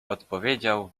odpowiedział